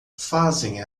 fazem